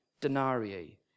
denarii